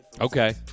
Okay